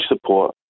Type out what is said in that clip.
support